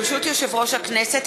ברשות יושב-ראש הכנסת,